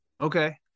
Okay